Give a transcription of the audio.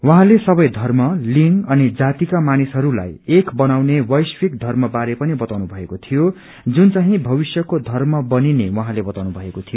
उहाँले सबै धर्म लिंग अनि जातिका मानिसहरूलाई एक बनाउने वैश्विक धर्म बारे पनि बताउनु भएको थियो जुन चाहिं भविष्यको धर्म बनिले उहाँले बताउनु भएको थियो